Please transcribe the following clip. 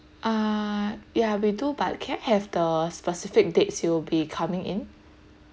uh ya we do but can I have the specific dates you'll be coming in